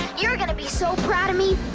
you're going to be so proud of me.